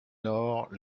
nord